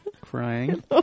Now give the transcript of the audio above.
crying